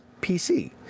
pc